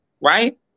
right